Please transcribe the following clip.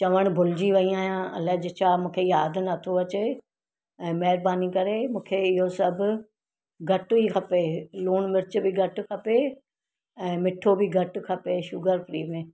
चवण भुलिजी वई आहियां अलाए जे छा मूंखे यादि नथो अचे ऐं महिरबानी करे मूंखे इहो सभु घटि ई खपे लुणु मिर्च बि घटि खपे ऐं मिठो बि घटि खपे शुगर फ्री में